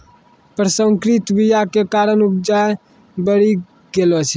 प्रसंकरित बीया के कारण उपजा बढ़ि गेलो छै